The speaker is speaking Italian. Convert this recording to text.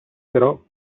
però